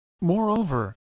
Moreover